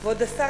כבוד השר,